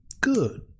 Good